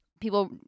People